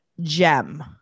gem